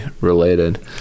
related